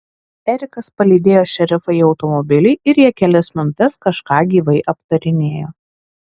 erikas palydėjo šerifą į automobilį ir jie kelias minutes kažką gyvai aptarinėjo